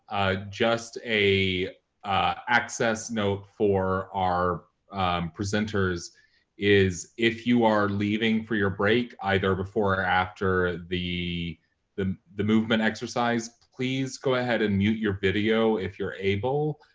just a access note for our presenters is, if you are leaving for your break either before or after the the movement exercise, please go ahead and mute your video if you're able.